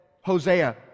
Hosea